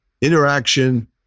interaction